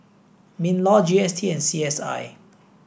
min law G S T and C S I